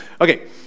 Okay